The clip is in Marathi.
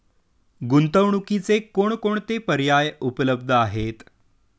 गुंतवणुकीचे कोणकोणते पर्याय उपलब्ध आहेत?